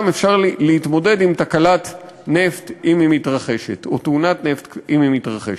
אפשר להתמודד עם תקלת נפט אם היא מתרחשת או תאונת נפט אם היא מתרחשת.